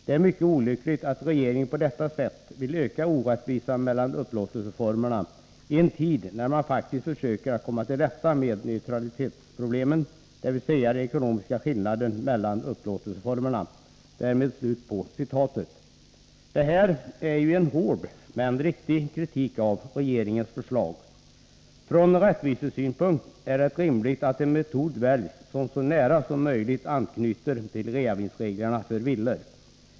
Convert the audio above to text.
Det är mycket olyckligt att regeringen på detta sätt vill öka orättvisan mellan upplåtelseformerna, i en tid när man faktiskt försöker komma till rätta med neutralitetsproblemet, dvs de ekonomiska skillnaderna mellan upplåtelseformerna.” Det är en hård, men riktig kritik av regeringens förslag. Från rättvisesynpunkt är det rimligt att en metod väljs som så nära som möjligt anknyter till de reavinstregler som gäller för villor.